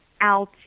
out